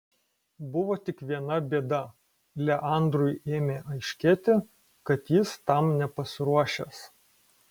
buvo tik viena bėda leandrui ėmė aiškėti kad jis tam nepasiruošęs